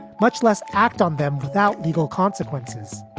much less act on them without legal consequences.